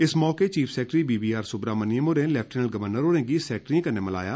इस मौके chief secretary B V R Subrahmanyam होरें लैफ्टिनेंट गवर्नर होरें गी सैक्ट्रियें कन्नै मिलाया